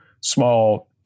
small